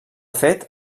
fet